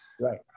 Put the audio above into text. Right